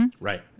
Right